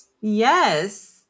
Yes